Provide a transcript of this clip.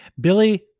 billy